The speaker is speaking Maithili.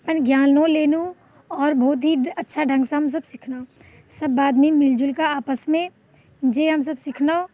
अपन ज्ञानो लेलहुँ आओर बहुत ही अच्छा ढङ्गसँ हमसब सिखलहुँ सब बादमे मिलिजुलिकऽ आपसमे जे हमसब सिखलहुँ